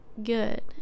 good